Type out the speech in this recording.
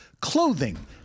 clothing